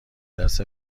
دست